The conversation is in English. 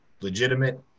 legitimate